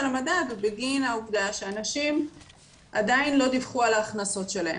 המדד היא בגין העובדה שאנשים עדיין לא דיווחו על ההכנסות שלהם.